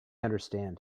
understand